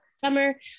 Summer